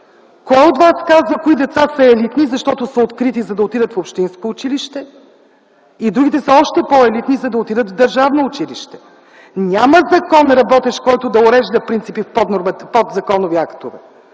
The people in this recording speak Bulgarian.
Кой от вас казва кои деца са елитни, защото са открити, за да отидат в общинско училище, а другите са още по-елитни, за да отидат в държавно училище? Няма работещ закон, който да урежда принципи в подзаконови актове!